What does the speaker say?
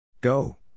Go